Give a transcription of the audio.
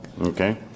Okay